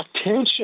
attention